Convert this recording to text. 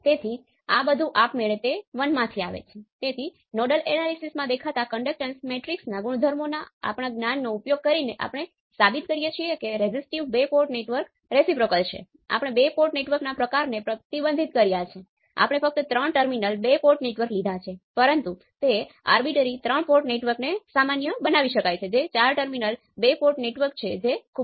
જો α નું મૂલ્ય 0 થાય તો તેનો અર્થ એ છે કે ઓપ એમ્પ ની સંજ્ઞાઓ નક્કી કરો છો